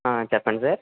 ఆ చెప్పండి సార్